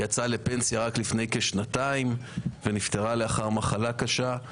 היא יצאה לפנסיה רק לפני כשנתיים ונפטרה לאחר מחלה קשה.